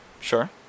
Sure